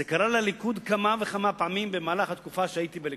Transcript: זה קרה לליכוד כמה וכמה פעמים במהלך התקופה שהייתי בליכוד.